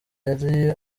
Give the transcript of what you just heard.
yari